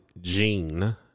Jean